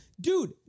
dude